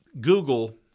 Google